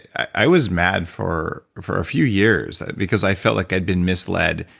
i was mad for for a few years, because i felt like i'd been misled.